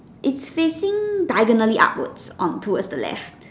its facing diagonally upwards on to at the left